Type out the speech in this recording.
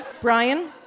Brian